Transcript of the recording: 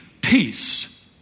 peace